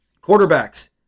quarterbacks